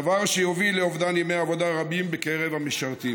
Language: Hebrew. דבר שיוביל לאובדן ימי עבודה רבים בקרב המשרתים.